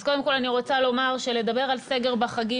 אז קודם כל אני רוצה לומר שלדבר על סגר בחגים